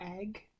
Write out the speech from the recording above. egg